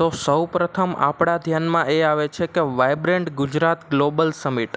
તો સૌપ્રથમ આપણા ધ્યાનમાં એ આવે છે કે વાઈબ્રન્ટ ગુજરાત ગ્લોબલ સમિટ